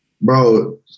bro